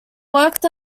worked